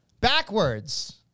Backwards